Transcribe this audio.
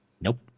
Nope